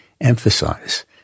emphasize